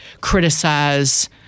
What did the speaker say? criticize